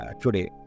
today